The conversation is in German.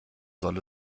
soll